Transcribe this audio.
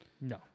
No